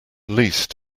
least